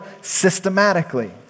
systematically